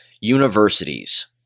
Universities